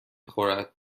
خورد